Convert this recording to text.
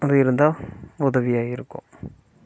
இது இருந்தால் உதவியாக இருக்கும்